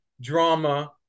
drama